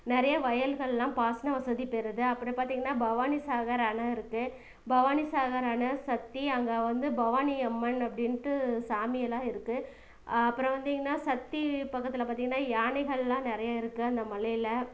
நிறைய வயல்கள் எல்லாம் பாசன வசதி பெறுது அப்புறம் பார்த்திங்கனா பவானி சாகர் அணை இருக்கு பவானி சாகர் அணை சக்தி அங்கே வந்து பவானி அம்மன் அப்படின்ட்டு சாமி எல்லாம் இருக்கு அப்புறம் வந்திங்கனா சக்தி பக்கத்தில் பார்த்திங்கனா யானைகள் எல்லாம் நிறையா இருக்கு அந்த மலையில